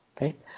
right